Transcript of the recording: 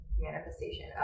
manifestation